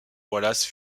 wallace